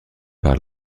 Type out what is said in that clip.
par